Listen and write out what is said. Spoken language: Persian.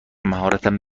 مهارتم